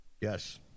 Yes